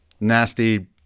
nasty